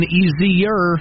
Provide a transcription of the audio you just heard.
easier